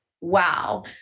wow